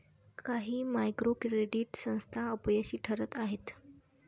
काही micro credit संस्था अपयशी ठरत आहेत